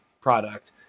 product